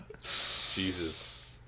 Jesus